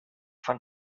von